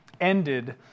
ended